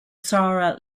sara